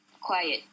Quiet